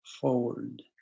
forward